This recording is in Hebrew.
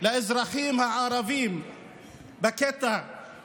על האזרחים הערבים בקטע ובסוגיה של